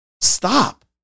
Stop